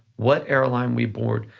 what airline we board,